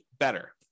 better